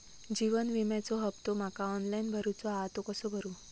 जीवन विम्याचो हफ्तो माका ऑनलाइन भरूचो हा तो कसो भरू?